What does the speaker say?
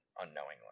unknowingly